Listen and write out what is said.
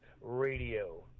Radio